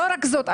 לא רק זאת.